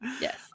Yes